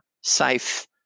safe